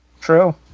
True